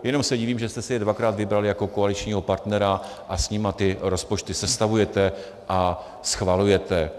Jenom se divím, že jste si je dvakrát vybrali jako koaličního partnera a s nimi ty rozpočty sestavujete a schvalujete.